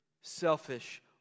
selfish